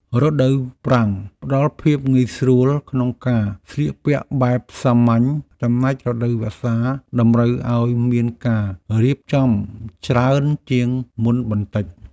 រដូវប្រាំងផ្តល់ភាពងាយស្រួលក្នុងការស្លៀកពាក់បែបសាមញ្ញចំណែករដូវវស្សាតម្រូវឱ្យមានការរៀបចំច្រើនជាងមុនបន្តិច។